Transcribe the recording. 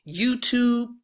YouTube